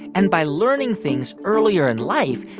and by learning things earlier in life,